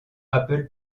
apple